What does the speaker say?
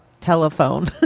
telephone